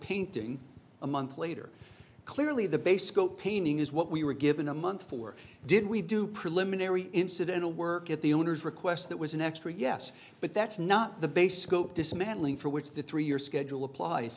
painting a month later clearly the base to go painting is what we were given a month for did we do preliminary incidental work at the owners request that was an extra yes but that's not the base scope dismantling for which the three year schedule applies